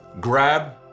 grab